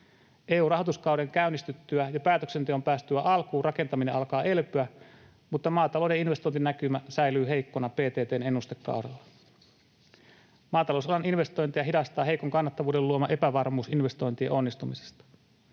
EU-rahoituskauden käynnistyttyä ja päätöksenteon päästyä alkuun rakentaminen alkaa elpyä, mutta maatalouden investointinäkymä säilyy heikkona PTT:n ennustekaudella. Maatalousalan investointeja hidastaa heikon kannattavuuden luoma epävarmuus investointien onnistumisesta.